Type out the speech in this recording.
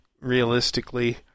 Realistically